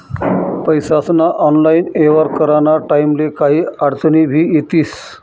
पैसास्ना ऑनलाईन येव्हार कराना टाईमले काही आडचनी भी येतीस